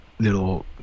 little